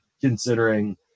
considering